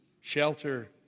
shelter